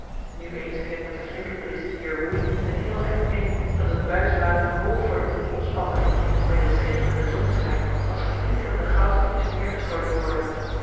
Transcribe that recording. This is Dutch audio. nu eens ging het met de flinke bries die er woei een heel eind mee dat het buiswater hoog voor den boeg opspatte om in den schitterenden zonneschijn als flikkerende goudstukjes neer gestrooid te worden